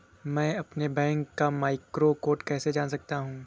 मैं अपने बैंक का मैक्रो कोड कैसे जान सकता हूँ?